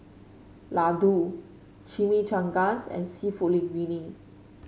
Ladoo Chimichangas and seafood Linguine